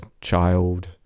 child